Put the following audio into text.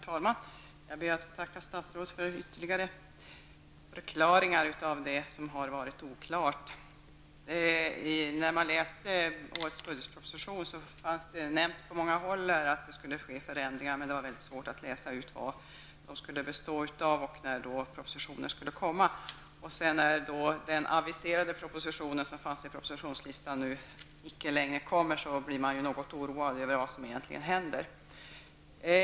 Herr talman! Jag ber att få tacka statsrådet för ytterligare förklaringar till det som har varit oklart. I årets budgetproposition nämns på många håll att det skall ske förändringar, men det var mycket svårt att läsa ut vari de skulle bestå och när propositionen skulle komma. När den proposition som aviserades i propositionslistan inte kommer, blir man något oroad över vad som egentligen händer.